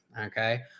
okay